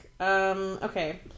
Okay